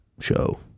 show